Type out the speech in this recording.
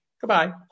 goodbye